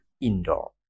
indoor